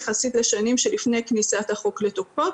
יחסית לשנים שלפני כניסת החוק לתוקפו,